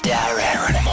Darren